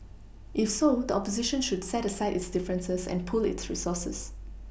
if so the opposition should set aside its differences and pool its resources